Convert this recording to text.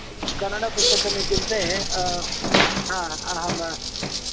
कन्नडपुस्तकम् इत्युक्ते अहं